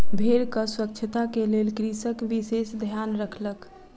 भेड़क स्वच्छता के लेल कृषक विशेष ध्यान रखलक